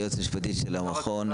היועצת המשפטית של המכון.